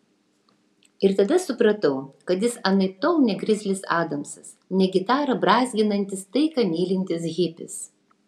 ir tada suprantu kad jis anaiptol ne grizlis adamsas ne gitarą brązginantis taiką mylintis hipis